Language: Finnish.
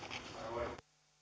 arvoisa